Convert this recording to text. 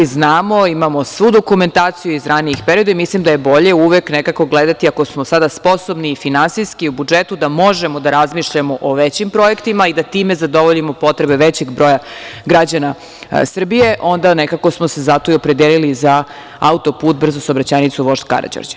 Mi znamo, imamo svu dokumentaciju iz ranijih perioda i mislim da je bolje uvek nekako gledati, ako smo sada sposobni i finansijski u budžetu, da možemo da razmišljamo o većim projektima i da time zadovoljimo potrebe većeg broja građana Srbije, onda smo se nekako za to i opredelili za auto-put, brzu saobraćajnicu „vožd Karađorđe“